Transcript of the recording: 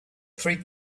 three